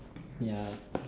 ya